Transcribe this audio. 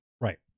Right